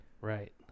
Right